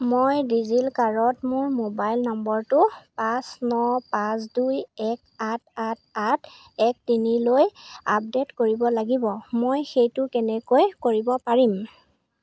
মই ডিজিলকাৰত মোৰ মোবাইল নম্বৰটো পাঁচ ন পাঁচ দুই এক আঠ আঠ আঠ এক তিনি লৈ আপডেট কৰিব লাগিব মই সেইটো কেনেকৈ কৰিব পাৰিম